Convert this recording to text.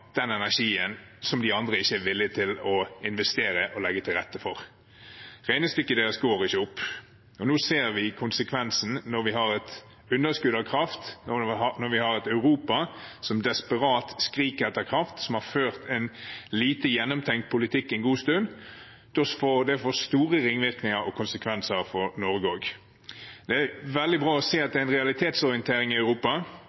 den energien som de andre ikke er villig til å investere og legge til rette for. Regnestykket deres går ikke opp, og nå ser vi konsekvensen med underskudd av kraft. Et Europa som desperat skriker etter kraft, som har ført en lite gjennomtenkt politikk en god stund, får store ringvirkninger og konsekvenser for Norge også. Det er veldig bra å se at